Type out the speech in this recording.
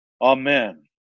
Amen